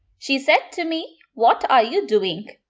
she said to me, what are you doing?